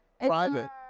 private